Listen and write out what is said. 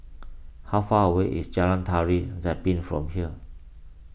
how far away is Jalan Tari Zapin from here